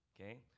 Okay